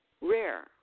rare